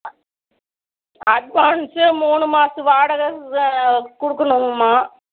அ advance மூணு மாதத்து வாடகை தான் கொடுக்குணுங்கம்மா